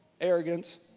Arrogance